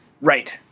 Right